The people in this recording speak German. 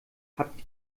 habt